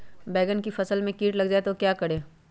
बैंगन की फसल में कीट लग जाए तो क्या करें?